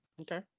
Okay